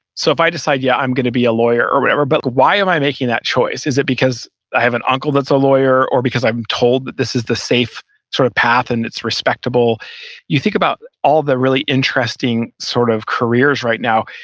so if i decide, yeah, i'm going to be a lawyer or whatever, but why am i making that choice? is it because i have an uncle that's a lawyer or because i'm told that this is the safe sort of path and it's respectable you think about all the really interesting sort of careers right now.